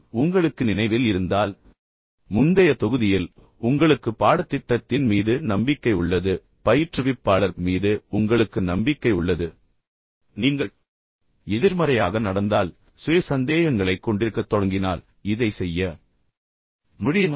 உங்களுக்கு உங்களுக்கு நினைவில் இருந்தால் முந்தைய தொகுதியில் உங்களுக்கு பாடத்திட்டத்தின் மீது நம்பிக்கை உள்ளது பயிற்றுவிப்பாளர் மீது உங்களுக்கு நம்பிக்கை உள்ளது என்று நான் உங்களுக்கு சொன்னேன் நீங்கள் எதிர்மறையாக நடந்தால் நீங்கள் சுய சந்தேகங்களைக் கொண்டிருக்கத் தொடங்கினால் இதை செய்ய முடியுமா